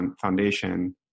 foundation